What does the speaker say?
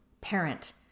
parent